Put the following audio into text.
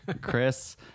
Chris